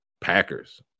Packers